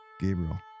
Gabriel